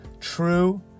true